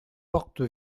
porte